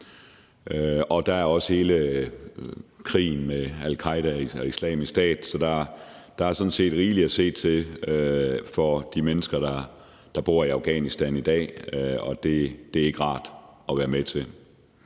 Der er også hele krigen med al-Qaeda og Islamisk Stat, så der er sådan set rigeligt at se til for de mennesker, der bor i Afghanistan i dag – og det er ikke rart at være med til.